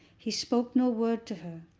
he spoke no word to her,